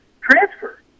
transfer